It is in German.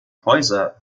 häuser